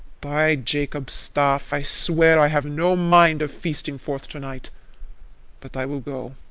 by jacob's staff, i swear i have no mind of feasting forth to-night but i will go.